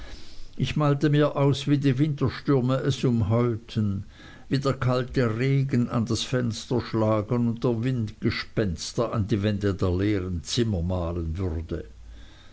ich malte mir aus wie die winterstürme es umheulten wie der kalte regen an das fenster schlagen und der mond gespenster an die wände der leeren zimmer malen würde